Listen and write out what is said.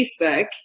Facebook